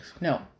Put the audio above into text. No